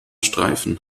streifen